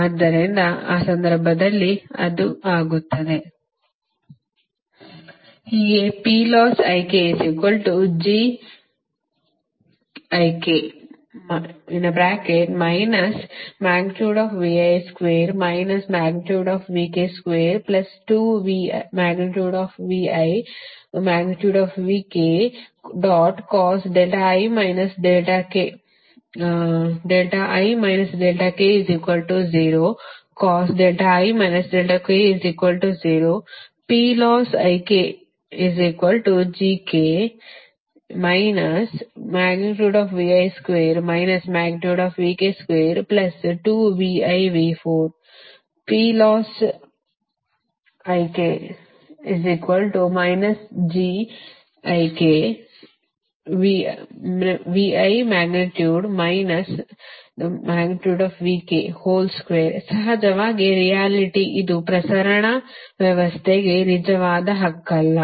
ಆದ್ದರಿಂದ ಆ ಸಂದರ್ಭದಲ್ಲಿ ಅದು ಆಗುತ್ತದೆ ಹೀಗೆ ಸಹಜವಾಗಿ ರಿಯಾಲಿಟಿ ಇದು ಪ್ರಸರಣ ವ್ಯವಸ್ಥೆಗೆ ನಿಜವಾದ ಹಕ್ಕಲ್ಲ